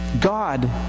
God